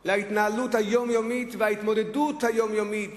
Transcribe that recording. על ההתנהלות היומיומית וההתמודדות היומיומית